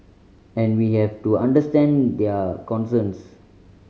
and we have to understand their concerns